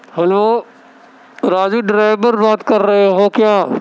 hello Raju driver بات کر رہے ہو کیا